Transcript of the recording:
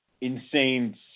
insane